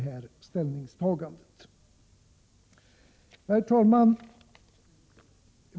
Herr talman!